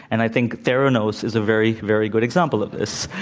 and i think theranos is a very, very good example of this.